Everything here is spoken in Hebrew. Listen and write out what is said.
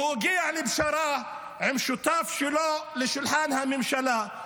שהוא הגיע לפשרה עם שותף שלו לשולחן הממשלה.